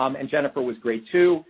um and jennifer was great, too.